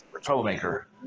Troublemaker